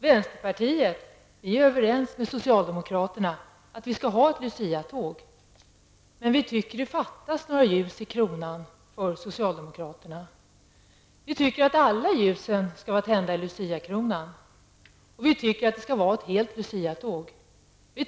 Vänsterpartiet är överens med socialdemokraterna om att vi skall ha ett Luciatåg, men vi tycker att det fattas några ljus i kronan för socialdemokraterna. Vi vill att alla ljusen skall vara tända i Luciakronan och att det skall vara ett helt Luciatåg.